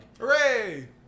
Hooray